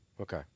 okay